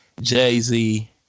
Jay-Z